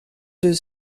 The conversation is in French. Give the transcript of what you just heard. deux